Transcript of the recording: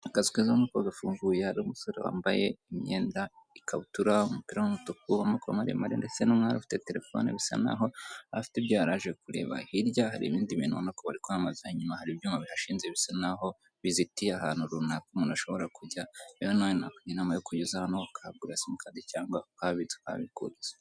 Akazu kafunguye, imbere harimo umusore wambaye ikabutura n’umupira w’umutuku w’amaboko maremare, ndetse n’umwari ufite telefone, bisa n’aho yari aje kureba ibindi. Hirya hari ibindi bintu, ndetse bigaragara ko bari kwamamaza. Inyuma, hari ibyuma bidashinze bisa n’aho bizitiye ahantu runaka umuntu ashobora kwinjira. Nanakugira inama yo kuza hano ukagura SIM card, ukabitsa cyangwa ukanabikuza amafaranga.